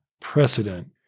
precedent